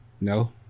No